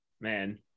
Man